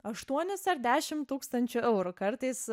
aštuonis ar dešim tūkstančių eurų kartais